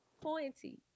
pointy